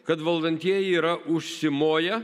kad valdantieji yra užsimoję